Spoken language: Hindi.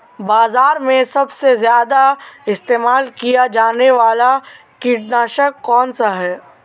बाज़ार में सबसे ज़्यादा इस्तेमाल किया जाने वाला कीटनाशक कौनसा है?